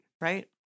Right